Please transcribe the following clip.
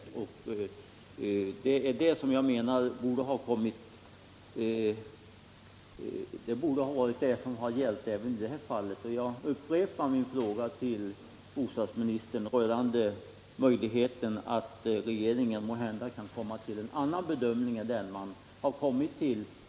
Det är detta jag menar borde ha gällt även i det här fallet. Jag upprepar min fråga till bostadsministern rörande möjligheten att regeringen måhända kan komma till en annan bedömning än den man nu kommit till.